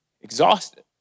exhausted